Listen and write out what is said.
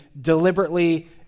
deliberately